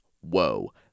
Whoa